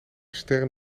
sterren